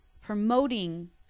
promoting